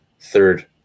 third